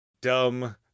dumb